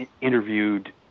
interviewed